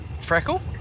freckle